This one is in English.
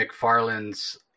McFarland's